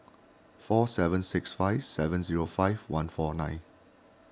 four seven six five seven zero five one four nine